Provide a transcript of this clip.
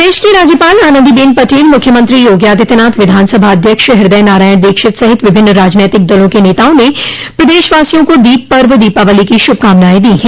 प्रदेश की राज्यपाल आनन्दीबेन पटेल मुख्यमंत्री योगी आदित्यनाथ विधानसभा अध्यक्ष हृदय नारायण दीक्षित सहित विभिन्न राजनैतिक दलों के नेताओं ने प्रदेशवासियों को दीप पर्व दीपावली की श्रभकामनायें दी हैं